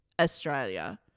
Australia